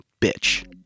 bitch